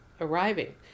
arriving